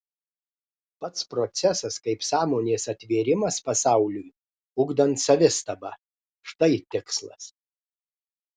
pats procesas kaip sąmonės atvėrimas pasauliui ugdant savistabą štai tikslas